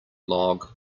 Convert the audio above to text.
log